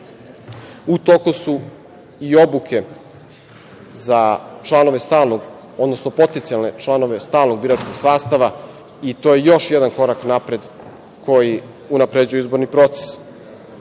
toku su i obuke za članove stalne, odnosno potencijalne članove stalnog biračkog sastava i to je još jedan korak napred koji unapređuje izborni proces.